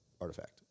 artifact